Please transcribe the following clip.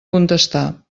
contestar